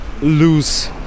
lose